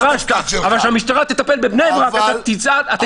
החרשת, אבל שהמשטרה תטפל בבני ברק אתה תצעק מרה.